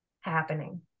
happening